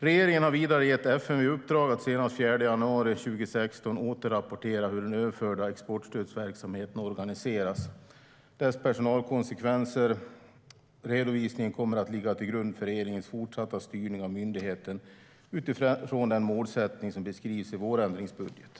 Regeringen har vidare gett FMV i uppdrag att senast den 4 januari 2016 återrapportera hur den överförda exportstödsverksamheten har organiserats, dess personalkonsekvenser med mera. Redovisningen kommer att ligga till grund för regeringens fortsatta styrning av myndigheten utifrån den målsättning som beskrivs i vårändringsbudgeten.